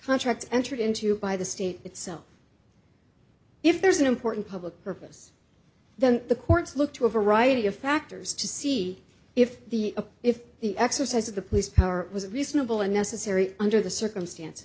contracts entered into by the state itself if there's an important public purpose then the courts looked to a variety of factors to see if the if the exercise of the police power was reasonable and necessary under the circumstances